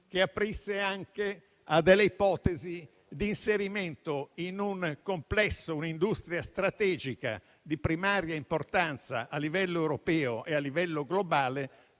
- aprisse anche a ipotesi di inserimento in un complesso industriale strategico di primaria importanza a livello europeo e a livello globale,